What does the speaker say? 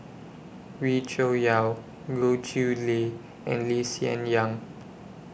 Wee Cho Yaw Goh Chiew Lye and Lee Hsien Yang